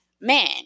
Man